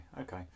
okay